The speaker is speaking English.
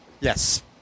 Yes